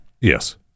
Yes